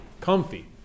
Comfy